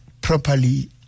properly